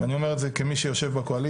ואני אומר את זה כמי שיושב בקואליציה,